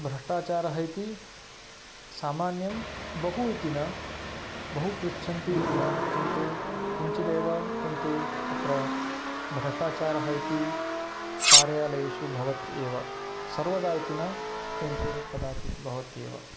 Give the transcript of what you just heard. भ्रष्टाचारः इति सामान्यं बहु इति न बहु पृच्छन्ति इति न किन्तु किञ्चिदेव किन्तु तत्र भ्रष्टाचारः इति कार्यालयेषु भवत्येव सर्वदा इति न किन्तु कदाचित् भवत्येव